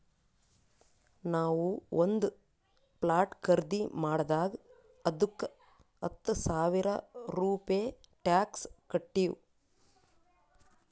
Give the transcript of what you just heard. ನಾವು ಒಂದ್ ಪ್ಲಾಟ್ ಖರ್ದಿ ಮಾಡಿದಾಗ್ ಅದ್ದುಕ ಹತ್ತ ಸಾವಿರ ರೂಪೆ ಟ್ಯಾಕ್ಸ್ ಕಟ್ಟಿವ್